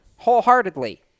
wholeheartedly